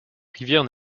rivière